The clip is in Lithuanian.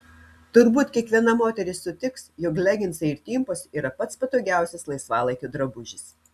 turbūt kiekviena moteris sutiks jog leginsai ir timpos yra pats patogiausias laisvalaikio drabužis